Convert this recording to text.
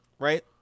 Right